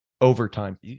overtime